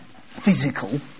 physical